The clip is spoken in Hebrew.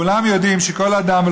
כולם יודעים שכל אדם,